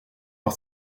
par